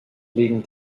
liegen